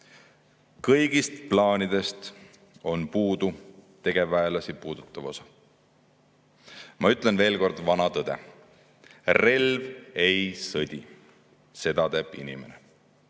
kõigist plaanidest on puudu tegevväelasi puudutav osa. Ma ütlen veel kord vana tõe: relv ei sõdi, seda teeb inimene.